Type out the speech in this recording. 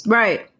right